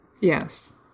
Yes